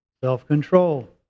self-control